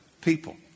people